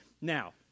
Now